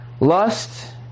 Lust